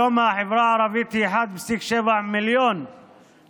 היום החברה הערבית היא מיליון ו-700,000 תושבים,